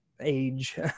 age